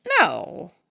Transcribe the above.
No